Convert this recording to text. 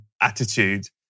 attitude